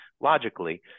logically